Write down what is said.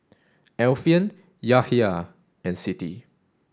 Alfian Yahya and Siti